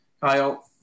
Kyle